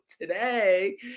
today